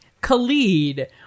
Khalid